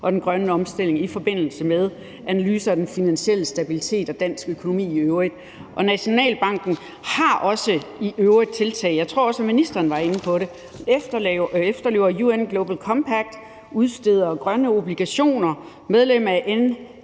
og den grønne omstilling i forbindelse med analyser af den finansielle stabilitet og dansk økonomi i øvrigt, og at Nationalbanken også har tiltag og – jeg tror også, at ministeren var inde på det – efterlever UN Global Compact, udsteder grønne obligationer, er medlem af NGSS,